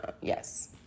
Yes